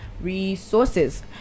resources